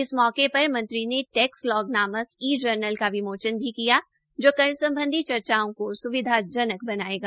इस मौके पर मंत्री ने टैक्स लॉग नामक ई जर्नल का विमोचन भी किया जो कर सम्बधी चर्चाओं को स्विधाजनक बनायेगा